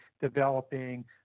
developing